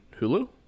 Hulu